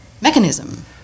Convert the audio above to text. mechanism